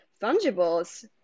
Fungibles